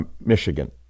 Michigan